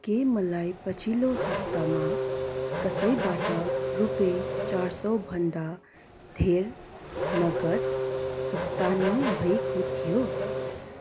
के मलाई पछिल्लो हप्तामा कसैबाट रुपियाँ चार सौभन्दा धेर नगद भुक्तानी भएको थियो